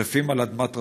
יחפים על אדמת טרשים.